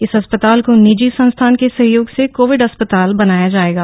इस अस्पताल को निजी संस्थान के सहयोग से कोविड अस्पताल से बनाया जाएगा